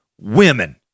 women